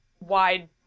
wide